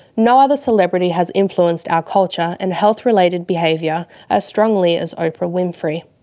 no other celebrity has influenced our culture and health related behaviour as strongly as oprah winfrey.